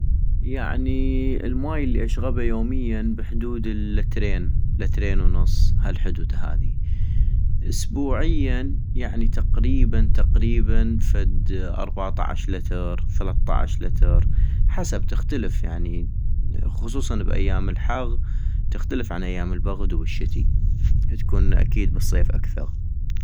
يعنيي الماي الي اشغبا يوميا بحدود اللترين لترين ونص هالحدود هاذي ، اسبوعيا يعني تقريبا تقريبا فد ارباطعش لتر ثلطعش لتر حسب تختلف يعني خصوصا بايام الحغ تختلف عن ايام البغد وبالشتي تكون اكيد بالصيف اكثغ